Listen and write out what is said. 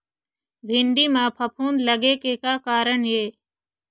भिंडी म फफूंद लगे के का कारण ये?